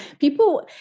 people